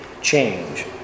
change